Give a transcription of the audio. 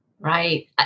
Right